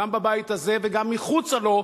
גם בבית הזה וגם מחוצה לו,